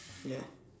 yeah